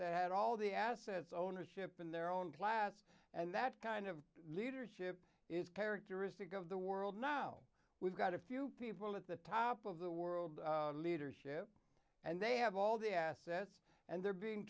that had all the assets ownership in their own class and that kind of leadership is characteristic of the world now we've got a few people at the top of the world leadership and they have all the assets and they're being